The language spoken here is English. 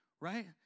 Right